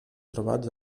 trobats